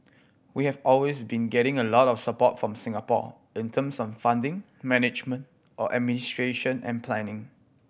we have always been getting a lot of support from Singapore in terms of funding management or administration and planning